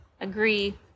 agree